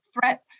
threat